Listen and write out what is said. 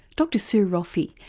dr sue roffey,